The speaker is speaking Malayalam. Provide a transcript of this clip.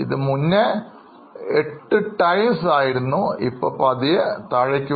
മുന്നേ അത് 8 times ആയിരുന്നത് ഇപ്പോൾ പതിയെ കുറഞ്ഞു വരുന്നു